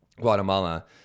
Guatemala